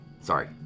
Sorry